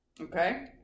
Okay